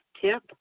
Tip